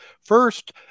First